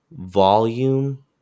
volume